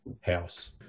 house